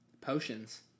Potions